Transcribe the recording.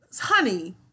Honey